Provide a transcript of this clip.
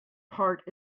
part